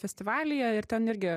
festivalyje ir ten irgi